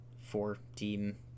four-team